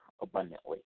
abundantly